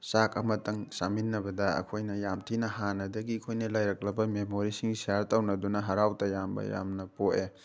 ꯆꯥꯛ ꯑꯃꯇꯪ ꯆꯥꯃꯤꯟꯅꯕꯗ ꯑꯩꯈꯣꯏꯅ ꯌꯥꯝ ꯊꯤꯅ ꯍꯥꯟꯅꯗꯒꯤ ꯑꯩꯈꯣꯏꯅ ꯂꯩꯔꯛꯂꯕ ꯃꯦꯃꯣꯔꯤꯁꯤꯡ ꯁꯤꯌꯥꯔ ꯇꯧꯅꯗꯨꯅ ꯍꯔꯥꯎ ꯇꯌꯥꯝꯕ ꯌꯥꯝꯅ ꯄꯣꯛꯑꯦ